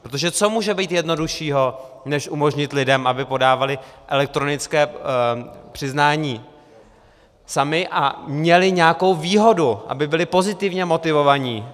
Protože co může být jednoduššího než umožnit lidem, aby podávali elektronické přiznání sami a měli nějakou výhodu, aby byli pozitivně motivováni?